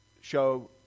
show